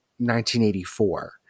1984